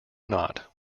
not